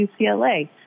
UCLA